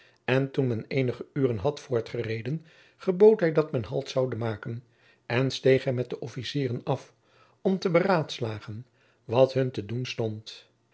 en toen men eenige uren had voortgereden gebood hij dat men halt zoude maken en steeg hij met de officieren af om te beraadslagen wat hun te doen stond